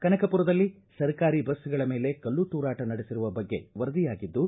ಕನಕಪುರದಲ್ಲಿ ಸರ್ಕಾರಿ ಬಸ್ಗಳ ಮೇಲೆ ಕಲ್ಲು ತೂರಾಟ ನಡೆಸಿರುವ ಬಗ್ಗೆ ವರದಿಯಾಗಿದ್ದು